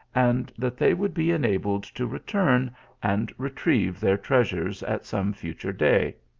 and that they would be enabled to return and retrieve their treasures at some future day.